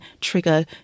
trigger